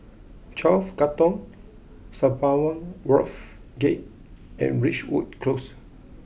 Twelve Katong Sembawang Wharves Gate and Ridgewood Close